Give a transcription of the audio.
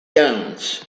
jones